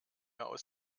aus